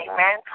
Amen